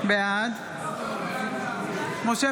בעד משה